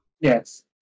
Yes